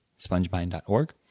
spongemind.org